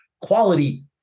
quality